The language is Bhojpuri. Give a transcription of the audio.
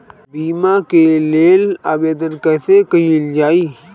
बीमा के लेल आवेदन कैसे कयील जाइ?